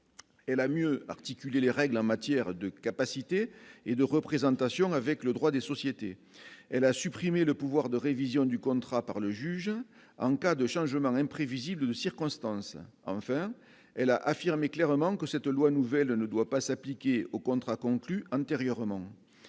L à mieux articuler les règles en matière de capacité et de représentations avec le droit des sociétés, elle a supprimé le pouvoir de révision du contrat par le juge en cas de changement même imprévisible de circonstance, enfin, elle a affirmé clairement que cette loi nouvelle ne doit pas s'appliquer aux contrats conclus antérieurement